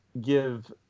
give